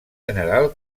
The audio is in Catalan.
general